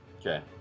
Okay